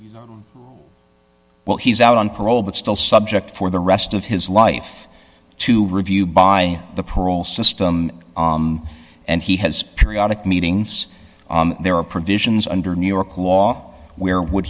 your honor well he's out on parole but still subject for the rest of his life to review by the parole system and he has periodic meetings there are provisions under new york law where would